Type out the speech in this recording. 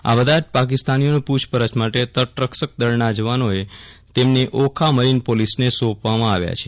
આ બધા જ પાકિસ્તાનીઓની પૂછપરછ માટે તટરક્ષક દળના જવાનોએ તેમને ઓખા મરીન પોલીસને સોંપવામાં આવ્યા છે